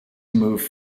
move